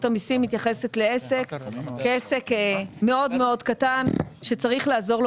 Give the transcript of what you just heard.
המסים מתייחסת לעסק כעסק מאוד מאוד קטן שצריך לעזור לו